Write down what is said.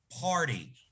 party